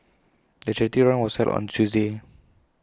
the charity run was held on A Tuesday